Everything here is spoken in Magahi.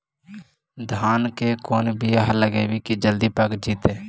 धान के कोन बियाह लगइबै की जल्दी पक जितै?